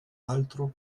altro